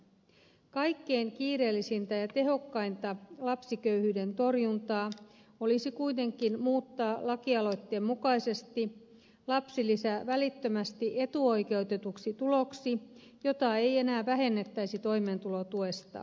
kuitenkin kaikkein kiireellisintä ja tehokkainta lapsiköyhyyden torjuntaa olisi muuttaa lakialoitteen mukaisesti lapsilisä välittömästi etuoikeutetuksi tuloksi jota ei enää vähennettäisi toimeentulotuesta